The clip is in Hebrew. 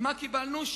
ומה קיבלנו?